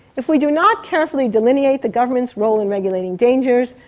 if we do not carefully delineate the government's role in regulating dangers,